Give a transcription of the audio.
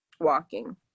Walking